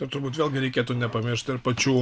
ir turbūt vėlgi reikėtų nepamiršt ir pačių